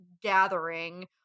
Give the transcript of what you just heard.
gathering